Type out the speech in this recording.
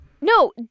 No